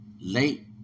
late